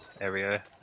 area